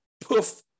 poof